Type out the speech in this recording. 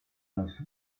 las